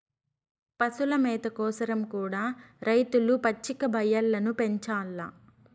పశుల మేత కోసరం కూడా రైతులు పచ్చిక బయల్లను పెంచాల్ల